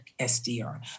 SDR